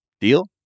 Deal